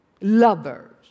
lovers